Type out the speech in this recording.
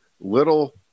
little